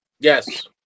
Yes